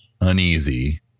uneasy